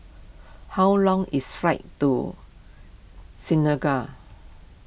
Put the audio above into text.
how long is flight to Senegal